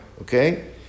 okay